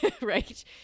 right